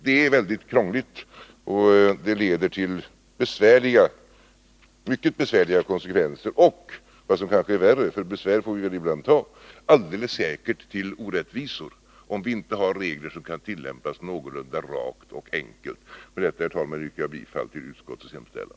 Detta är väldigt krångligt, och det får mycket besvärliga konsekvenser och leder helt säkert till något som kanske är värre — besvär får vi ibland ta — nämligen orättvisor, om vi inte har regler som kan tillämpas någorlunda rakt och enkelt. Med detta, herr talman, yrkar jag bifall till utskottets hemställan.